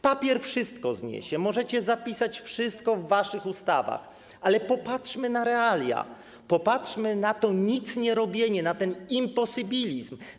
Papier wszystko zniesie, możecie zapisać wszystko w waszych ustawach, ale popatrzmy na realia, popatrzmy na to nicnierobienie, na ten imposybilizm.